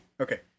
Okay